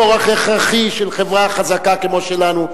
כורח הכרחי של חברה חזקה כמו שלנו,